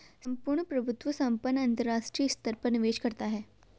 सम्पूर्ण प्रभुत्व संपन्न अंतरराष्ट्रीय स्तर पर निवेश करता है